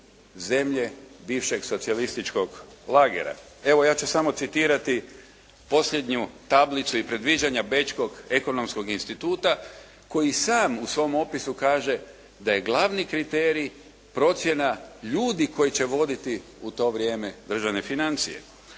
zemlje bivšeg socijalističkog lagera. Evo ja ću samo citirati posljednju tablicu i predviđanja bečkog Ekonomskog instituta koji sam u svom opisu kaže da je glavni kriterij procjena ljudi koji će voditi u to vrijeme državne financije.